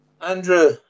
Andrew